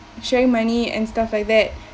share money and stuff like that